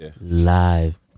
live